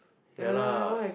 ya lah